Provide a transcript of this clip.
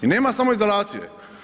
I nema samoizolacije.